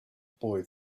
boy